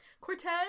Cortez